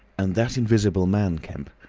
and that invisible man, kemp,